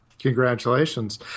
Congratulations